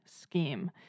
scheme